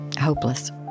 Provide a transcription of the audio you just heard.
hopeless